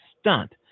stunt